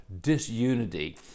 disunity